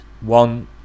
one